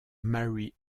mary